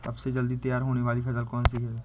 सबसे जल्दी तैयार होने वाली फसल कौन सी है?